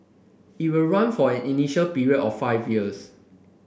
it will run for an initial period of five years